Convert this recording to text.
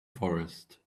forest